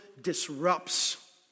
disrupts